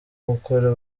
gukora